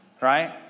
right